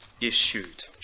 issued